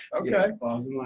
Okay